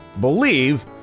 believe